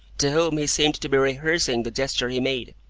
to whom he seemed to be rehearsing the gesture he made.